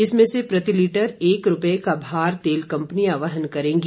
इसमें से प्रति लीटर एक रुपये तेल कंपनियां वहन करेंगी